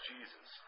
Jesus